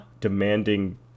demanding